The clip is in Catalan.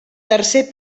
tercer